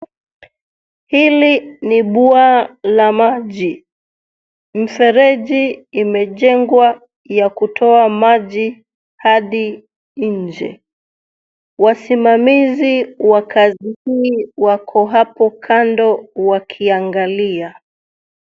Hili ni bwawa la maji. Mfereji imejengwa ya kutoa maji hadi nje. Wasimamizi wa kazi hii wako hupo kando wakiangalia.